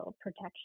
protection